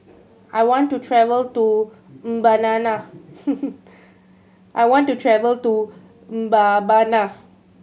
I want to travel to I want to travel to Mbabana